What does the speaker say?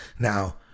Now